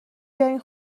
بیارین